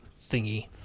thingy